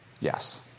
Yes